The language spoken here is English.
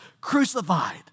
crucified